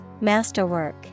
Masterwork